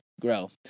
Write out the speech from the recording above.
grow